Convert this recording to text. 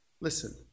listen